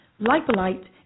Lipolite